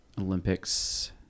olympics